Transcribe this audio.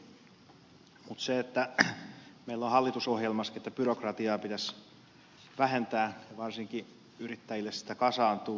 mutta meillä on hallitusohjelmassakin että byrokratiaa pitäisi vähentää ja varsinkin yrittäjille sitä kasaantuu